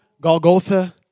Golgotha